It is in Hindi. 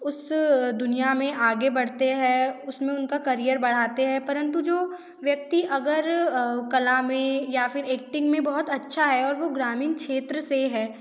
उस दुनिया में आगे बढ़ते हैं उस में उनका करियर बढ़ाते हैं परन्तु जो व्यक्ति अगर कला में या फिर एक्टिंग में बहुत अच्छा है और वो ग्रामीण क्षेत्र से है